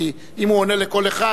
כי אם הוא עונה לכל אחד,